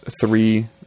three